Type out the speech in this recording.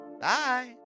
Bye